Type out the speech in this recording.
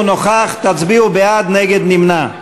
תצביעו בעד, נגד, נמנע.